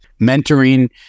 mentoring